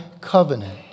covenant